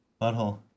butthole